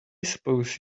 suppose